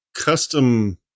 custom